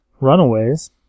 Runaways